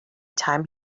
time